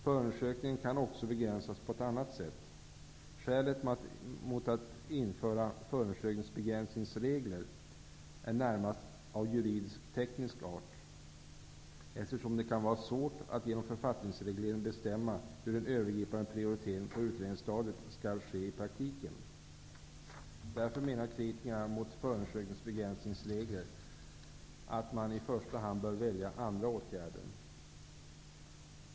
Förundersökningen kan också begränsas på ett annat sätt. Skälet mot att införa förundersökningsbegränsningsregler är närmast av juridisk-teknisk art, eftersom det kan vara svårt att genom författningsreglering bestämma hur den övergripande prioriteringen på utredningsstadiet skall ske i praktiken. Därför menar kritikerna mot förundersökningsbegränsningsregler att man i första hand bör välja andra åtgärder.